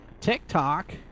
TikTok